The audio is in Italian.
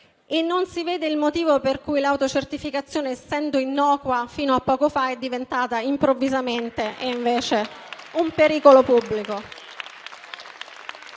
e non si vede il motivo per cui l'autocertificazione, essendo innocua fino a poco fa, sia diventata improvvisamente un pericolo pubblico.